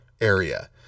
area